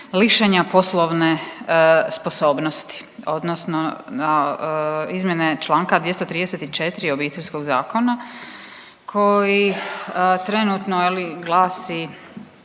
lišenja poslovne sposobnosti, odnosno izmjene članka 234. Obiteljskog zakona koji trenutno, je li